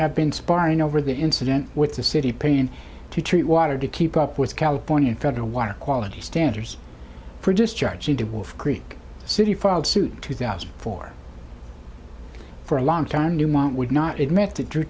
have been sparring over the incident with the city paying to treat water to keep up with california federal water quality standards for discharge she did wolf creek city filed suit two thousand for for a long time newmont would not admit it drew